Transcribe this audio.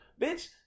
Bitch